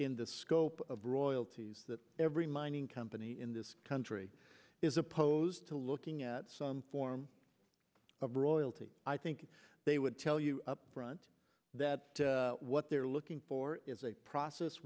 in the scope of royalties that every mining company in this country is opposed to looking at some form of royalty i think they would tell you up front that what they're looking for is a process